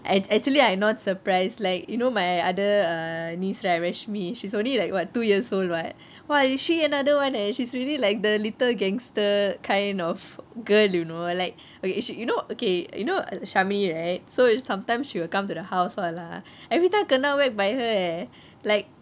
act~ actually I am not surprised like you know my other err niece right rashmi she's only like what two years old [what] !wah! she another one eh she's really like the little gangster kind of girl you know like okay actually you know uh okay you know shamini right so sometimes she will come to the house all lah everytime kena whack by her eh